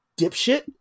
dipshit